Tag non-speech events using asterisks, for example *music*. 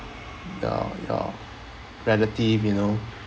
*noise* your your relative you know